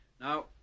Now